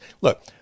Look